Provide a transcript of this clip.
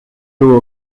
two